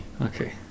Okay